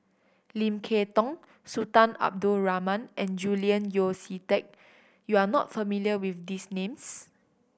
Lim Kay Tong Sultan Abdul Rahman and Julian Yeo See Teck you are not familiar with these names